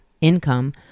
income